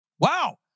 wow